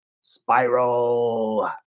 Spiral